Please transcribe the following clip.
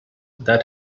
that